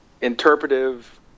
interpretive